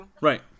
Right